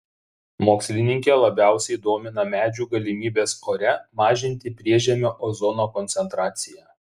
mokslininkę labiausiai domina medžių galimybės ore mažinti priežemio ozono koncentraciją